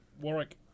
Warwick